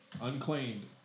unclaimed